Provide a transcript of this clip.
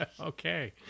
okay